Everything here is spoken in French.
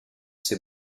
ses